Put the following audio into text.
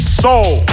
soul